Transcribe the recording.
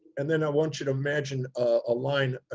and then i want you to imagine a line